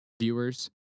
viewers